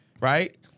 right